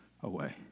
away